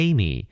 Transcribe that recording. Amy